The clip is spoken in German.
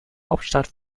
hauptstadt